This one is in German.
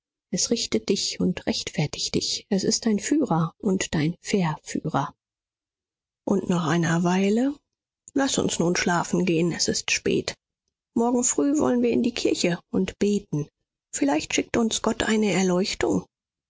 es richtet dich und rechtfertigt dich es ist dein führer und dein verführer und nach einer weile laß uns nun schlafen gehen es ist spät morgen früh wollen wir in die kirche und beten vielleicht schickt uns gott eine erleuchtung